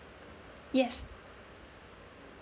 yes